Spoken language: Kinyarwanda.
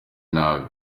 nabi